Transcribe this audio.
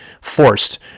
forced